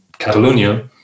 Catalonia